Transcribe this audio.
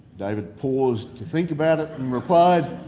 david paused to think about it, and replied,